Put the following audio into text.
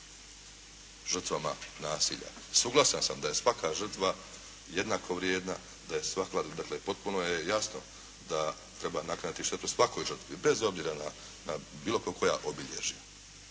žrtvama nasilja. Suglasan sam da je svaka žrtva jednako vrijedna. Dakle, potpuno je jasno da treba naknaditi štetu svakoj žrtvi bez obzira na bilo kakva obilježja,